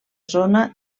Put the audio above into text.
zona